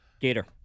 Gator